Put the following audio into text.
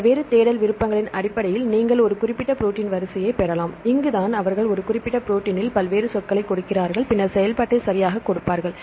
பல்வேறு தேடல் விருப்பங்களின் அடிப்படையில் நீங்கள் ஒரு குறிப்பிட்ட ப்ரோடீன் வரிசையைப் பெறலாம் இங்குதான் அவர்கள் ஒரு குறிப்பிட்ட ப்ரோடீனில் பல்வேறு சொற்களைக் கொடுக்கிறார்கள் பின்னர் செயல்பாட்டை சரியாகக் கொடுப்பார்கள்